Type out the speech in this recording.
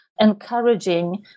encouraging